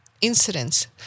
incidents